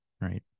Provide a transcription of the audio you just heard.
right